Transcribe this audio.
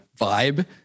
vibe